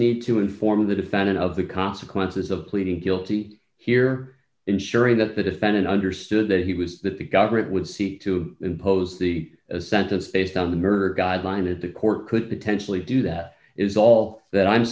need to inform the defendant of the consequences of pleading guilty here ensuring that the defendant understood that he was that the government would seek to impose the sentence based on the murder guideline that the court could potentially do that is all that i'm